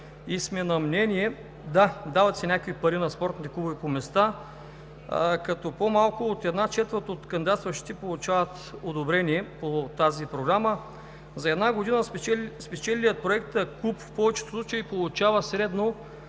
време. На мнение сме – да, дават се някакви пари на спортните клубове по места, като по-малко от една четвърт от кандидатстващите получават одобрение по тази програма. За една година спечелилият проекта клуб в повечето случаи получава средно